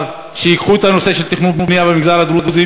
שייקחו את הנושא של תכנון ובנייה במגזר הדרוזי